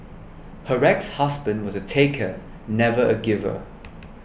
her ex husband was a taker never a giver